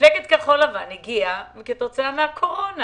מפלגת כחול לבן הגיע כתוצאה מהקורונה,